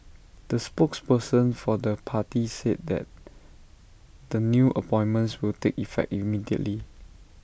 the spokesperson for the party said that the new appointments will take effect immediately